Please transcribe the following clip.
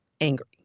angry